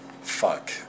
Fuck